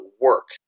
work